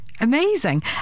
Amazing